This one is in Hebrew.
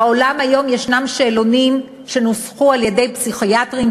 בעולם היום יש שאלונים שנוסחו על-ידי פסיכיאטרים,